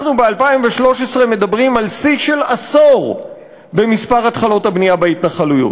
אנחנו ב-2013 מדברים על שיא של עשור במספר התחלות הבנייה בהתנחלויות.